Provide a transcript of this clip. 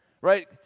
Right